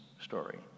story